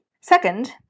Second